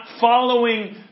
following